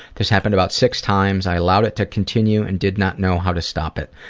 this happened about six times. i allowed it to continue and did not know how to stop it.